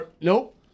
Nope